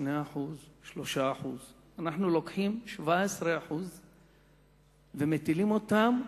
2% או 3%. אנחנו לוקחים 17% ומטילים אותם.